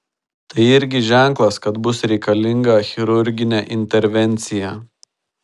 tai irgi ženklas kad bus reikalinga chirurginė intervencija